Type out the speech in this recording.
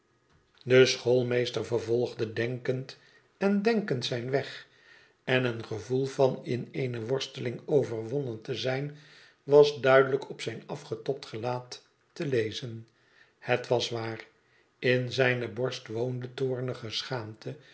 de schoolmeester vervolgde denkend en denkend zijn weg en een gevoel van in eene worsteling overwonnen te zijn was duidelijk op zijn afgetobd gelaat te lezen het was waar in zijne borst woonde toornige schaamte